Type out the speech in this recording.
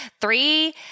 three